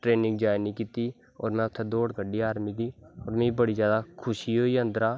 training join नी कीती और में उत्थें दौड़ कड्डी आर्मी दी मीं बड़ी जादा खुशी होई अन्दरा दा